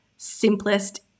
simplest